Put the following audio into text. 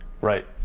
right